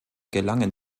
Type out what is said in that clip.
gelangen